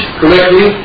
correctly